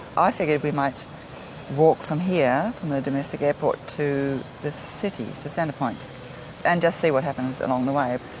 i figured we might walk from here, from the domestic airport to the city, to centrepoint and just see what happens along the way.